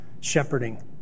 shepherding